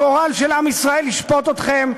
הגורל של עם ישראל ישפוט אתכם,